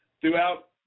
throughout